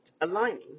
aligning